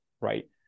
right